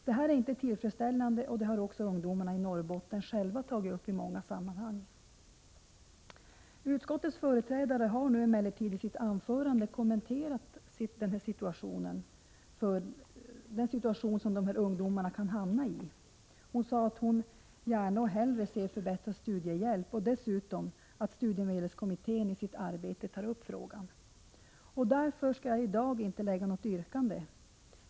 Det här är inte tillfredsställande, och det har också ungdomarna i Norrbotten själva tagit upp i många sammanhang. Utskottets företrädare har emellertid i sitt anförande kommenterat den situation som ungdomarna kan hamna i. Hon sade att hon hellre såg att man löste problemet genom förbättrad studiehjälp och hänvisade dessutom till att studiemedelskommittén skulle ta upp frågan i sitt arbete. Därför skall jag i 41 Prot. 1985/86:130 daginte framställa något yrkande.